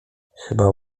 chyba